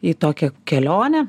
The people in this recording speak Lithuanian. į tokią kelionę